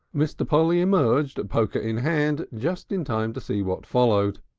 mr. polly emerged, poker in hand, just in time to see what followed.